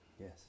Yes